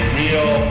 real